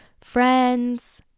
friends